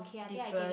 different